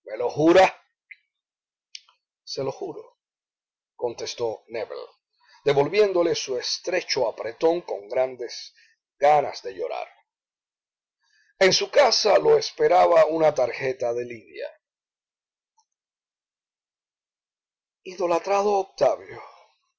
se lo juro contestó nébel devolviéndole su estrecho apretón con grandes ganas de llorar en su casa lo esperaba una tarjeta de lidia idolatrado octavio